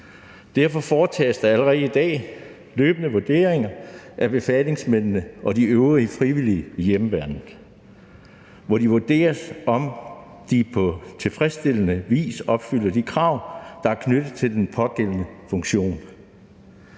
Derfor foretages der allerede i dag løbende vurderinger af befalingsmændene og de øvrige frivillige i hjemmeværnet, hvor det vurderes, om de på tilfredsstillende vis opfylder de krav, der er knyttet til den pågældende funktion.